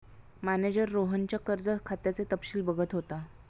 manager रोहनच्या कर्ज खात्याचे तपशील बघत होता